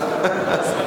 ממש לא.